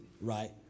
right